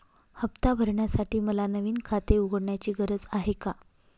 हफ्ता भरण्यासाठी मला नवीन खाते उघडण्याची गरज आहे का?